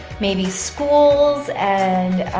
maybe schools, and